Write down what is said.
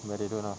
but they don't ah